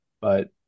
But-